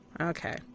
Okay